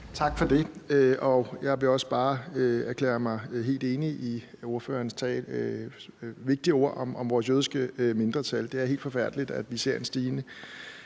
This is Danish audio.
Tak for det. Jeg vil også bare erklære mig helt enig i fru Inger Støjbergs vigtige ord om vores jødiske mindretal. Det er helt forfærdeligt, at vi ser en stigende